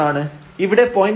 1 ആണ് ഇവിടെ 0